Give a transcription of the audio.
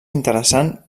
interessant